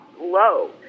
low